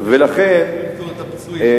אז אני מזכיר לספור את הפצועים,